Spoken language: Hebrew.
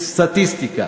לסטטיסטיקה,